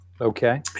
Okay